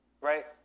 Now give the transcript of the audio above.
right